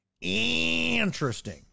Interesting